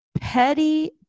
petty